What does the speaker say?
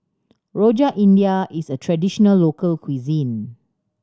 Rojak India is a traditional local cuisine